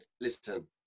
listen